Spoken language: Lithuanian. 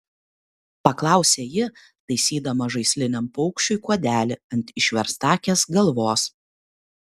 paklausė ji taisydama žaisliniam paukščiui kuodelį ant išverstakės galvos